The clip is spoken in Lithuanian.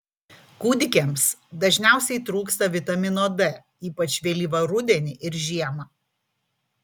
kūdikiams dažniausiai trūksta vitamino d ypač vėlyvą rudenį ir žiemą